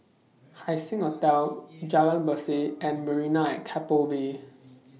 Haising Hotel Jalan Berseh and Marina At Keppel Bay